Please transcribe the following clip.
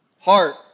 Heart